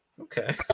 Okay